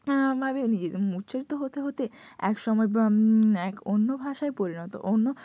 এরমভাবে নিজেদের উচ্চারিত হতে হতে এক সময় এক অন্য ভাষায় পরিণত অন্য